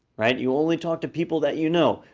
right? you only talk to people that you know.